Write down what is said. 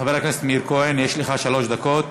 חבר הכנסת מאיר כהן, יש לך שלוש דקות,